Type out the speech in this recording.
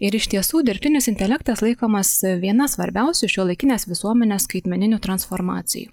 ir iš tiesų dirbtinis intelektas laikomas viena svarbiausių šiuolaikinės visuomenės skaitmeninių transformacijų